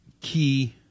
key